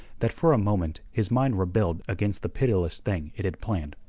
that for a moment his mind rebelled against the pitiless thing it had planned.